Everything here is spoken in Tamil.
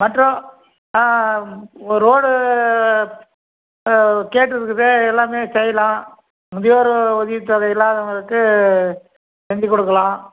மற்றும் ரோடு கேட்டிருக்குது எல்லாமே செய்யலாம் முதியோர் உதவித்தொகை இல்லாதவங்களுக்கு செஞ்சுக் கொடுக்கலாம்